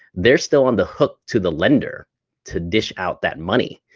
they're still on the hook to the lender to dish out that money,